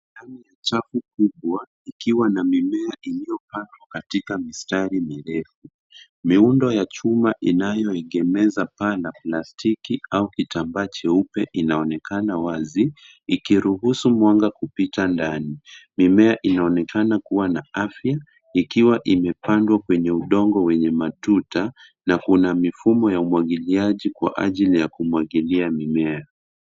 Chafu kubwa ikiwa na mimea iliyopandwa katika mistari mirefu. Miundo ya chuma inayoegemeza paa la plastiki au kitambaa cheupe inaonekana wazi, ikiruhusu mwanga kupita ndani. Mimea inaonekana kuwa na afya ikiwa imepandwa kwenye udongo wenye matuta. Na kuna mifumo ya umwagiliaji kwa ajili ya kumwagilia mimea.